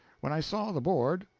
when i saw the board,